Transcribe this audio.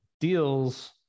deals